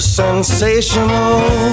sensational